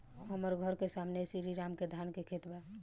हमर घर के सामने में श्री राम के धान के खेत बा